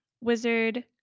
wizard